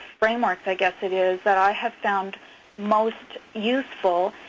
frameworks i guess it is that i have found most useful,